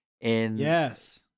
Yes